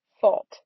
fault